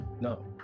No